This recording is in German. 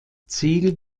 ziel